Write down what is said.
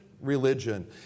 religion